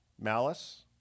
malice